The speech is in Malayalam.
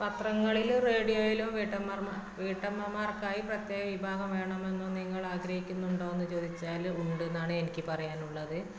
പത്രങ്ങളിൽ റേഡിയോയിലോ വീട്ടമ്മമാർക്കായി പ്രത്യേക വിഭാഗം വേണമെന്ന് നിങ്ങൾ ആഗ്രഹിക്കുന്നുണ്ടോ എന്ന് ചോദിച്ചാൽ ഉണ്ട് എന്നാണ് എനിക്ക് പറയാനുള്ളത്